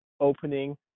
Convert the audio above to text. opening